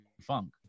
Funk